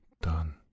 done